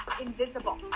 invisible